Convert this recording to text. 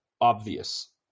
obvious